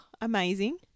amazing